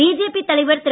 BJP தலைவர் திரு